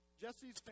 Jesse's